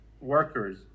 workers